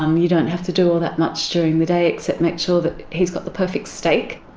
um you don't have to do all that much during the day except make sure that he's got the perfect steak.